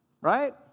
Right